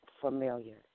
familiar